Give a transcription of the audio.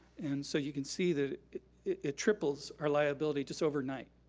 and so you can see that it triples our liability just overnight.